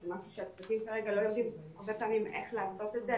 זה משהו שהצוותים כרגע לא יודעים הרבה פעמים איך לעשות את זה,